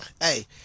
Hey